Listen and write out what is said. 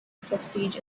prestige